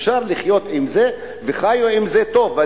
אפשר לחיות עם זה, וחיו עם זה טוב.